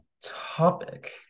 topic